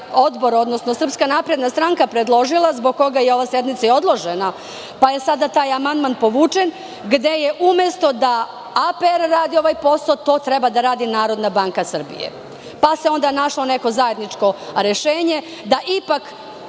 odbor, odnosno SNS predložila, zbog koga je ova sednica i odložena, pa je sada taj amandman povučen, gde je umesto da APR radi ovaj posao, to treba da radi NBS, pa se onda našlo neko zajedničko rešenje da ipak